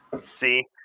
See